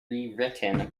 rewritten